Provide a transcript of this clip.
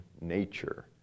nature